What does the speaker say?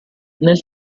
nel